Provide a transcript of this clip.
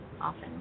Often